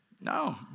No